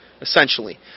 essentially